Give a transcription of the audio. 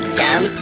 dumb